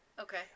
Okay